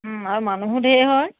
আৰু মানুহো ধেৰ হয়